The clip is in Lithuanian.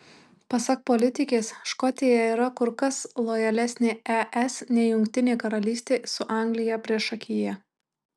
pasak politikės škotija yra kur kas lojalesnė es nei jungtinė karalystė su anglija priešakyje